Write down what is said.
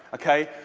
ok?